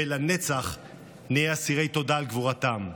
ולנצח נהיה אסירי תודה על גבורתם.